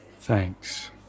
Thanks